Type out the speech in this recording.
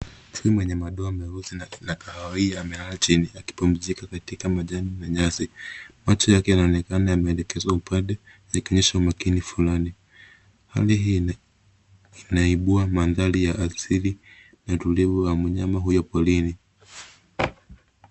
Chui mwenye madoa meusi na kahawia, amelala chini akipumzika katika majani na nyasi. Macho yake yanaonekana yameelekezwa upande, yakionyesha umakini fulani. Hali hii inaibua mandhari ya asili na tulivu wa mnyama huyo porini.